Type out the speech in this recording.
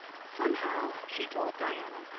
somehow, she told diana,